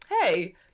hey